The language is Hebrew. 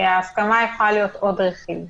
ההסכמה יכולה להיות עוד רכיב.